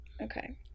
Okay